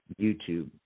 YouTube